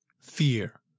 fear